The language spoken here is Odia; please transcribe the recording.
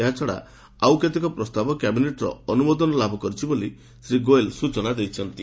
ଏହାଛଡ଼ା ଆଉ କେତେକ ପ୍ରସ୍ତାବ କ୍ୟାବିନେଟ୍ର ଅନୁମୋଦନ ଲାଭ କରିଛି ବୋଲି ଶ୍ରୀ ଗୋଏଲ୍ ସୂଚନା ଦେଇଛନ୍ତି